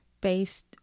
based